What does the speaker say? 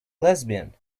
lesbian